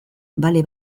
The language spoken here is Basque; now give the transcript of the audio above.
bale